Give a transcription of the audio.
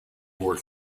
more